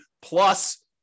plus